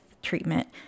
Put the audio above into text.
Treatment